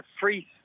free